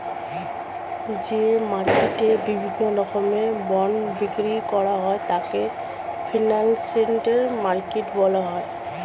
যে মার্কেটে বিভিন্ন রকমের বন্ড বিক্রি করা হয় তাকে ফিনান্সিয়াল মার্কেট বলা হয়